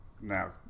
Now